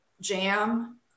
jam